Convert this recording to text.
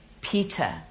Peter